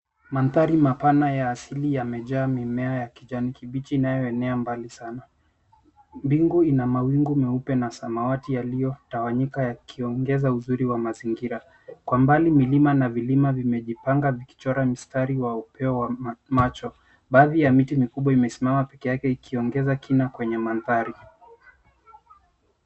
Mandhari mapana ya asili ,yamejaa mimea ya kijani kibichi inayoenea mbali sana. Mbingu ina mawingu meupe na samawati yaliyotawanyika yakiongeza uzuri wa mazingira. Kwa mbali milima na vilima vimejipanga vikichora mistari wa upeo wa macho. Baadhi ya miti mikubwa imesimama peke yake ikiongeza kina kwenye mandhari.